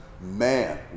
Man